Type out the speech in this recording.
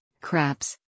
craps